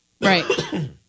Right